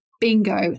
bingo